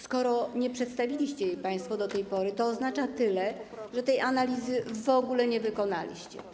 Skoro nie przedstawiliście jej państwo do tej pory, to oznacza tyle, że tej analizy w ogóle nie wykonaliście.